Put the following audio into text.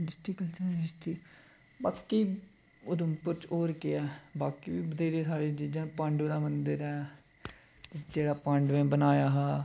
district district बाकी उधमपुर च होर केह् ऐ बाकी बी बथ्रेहियां सारियां चीज़ां न पांडव दा मंदर ऐ जेह्ड़ा पांडवें बनाया हा